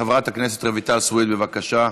חברת הכנסת רויטל סויד, בבקשה.